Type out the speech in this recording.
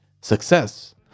success